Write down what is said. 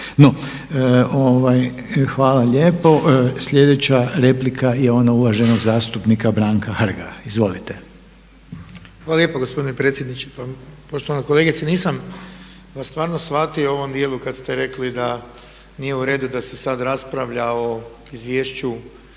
hvala lijepa. Sljedeća replika je onog uvaženog zastupnika Branka Hrga. Izvolite. **Hrg, Branko (HSS)** Hvala lijepo gospodine predsjedniče. Poštovana kolegice, nisam vas stvarno shvatio u ovom dijelu kad ste rekli da nije u redu da se sad raspravlja o Izvješću